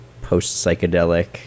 post-psychedelic